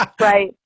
Right